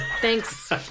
Thanks